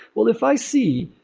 well, if i see,